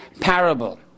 parable